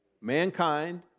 mankind